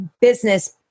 business